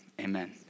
amen